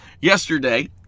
yesterday